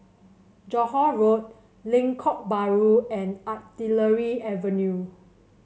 Johore Road Lengkok Bahru and Artillery Avenue